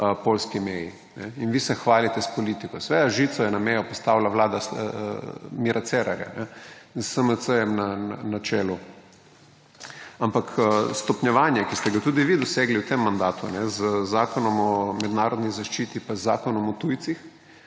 meji. In vi se hvalite s politiko. Seveda žico je na mejo postavila vlada Mirja Cerarja s SMC na čelu, ampak stopnjevanje, ki ste ga tudi vi dosegli v tem mandatu z Zakonom o mednarodni zaščiti pa z Zakonom o tujcih,